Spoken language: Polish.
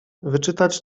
wyczytać